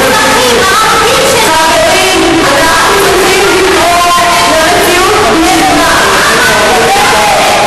הנרצחים, ההרוגים, תשעת ההרוגים.